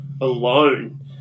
alone